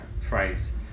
Phrase